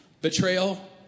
betrayal